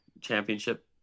championship